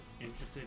interested